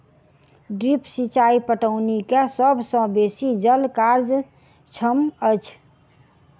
drip सिचाई पटौनी के सभ सॅ बेसी जल कार्यक्षम अछि